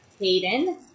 Hayden